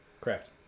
Correct